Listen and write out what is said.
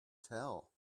tell